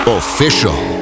official